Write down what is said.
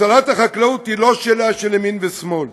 הצלת החקלאות היא לא שאלה של ימין ושמאל,